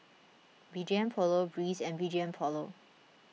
B G M Polo Breeze and B G M Polo